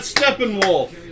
Steppenwolf